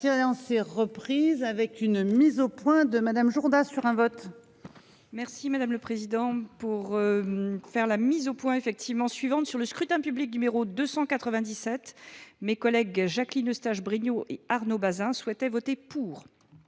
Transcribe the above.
est reprise avec une mise au point de Madame Jourda sur un vote. Merci madame le président pour. Faire la mise au point effectivement suivante sur le scrutin public numéro 297, mes collègues Jacqueline Eustache-Brinio et Arnaud Bazin souhaitaient voter pour.